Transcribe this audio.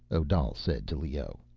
odal said to leoh.